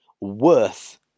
Worth